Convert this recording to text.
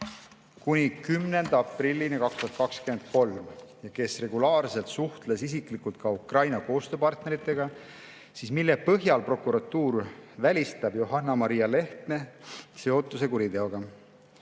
(kuni 10.04.2023) ja kes regulaarselt suhtles isiklikult ka Ukraina koostööpartneritega, siis mille põhjal prokuratuur välistab Johanna-Maria Lehtme seotuse kuriteoga?"